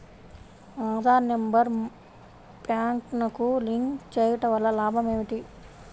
Aadhaar number బ్యాంక్నకు link చేయుటవల్ల లాభం ఏమిటి?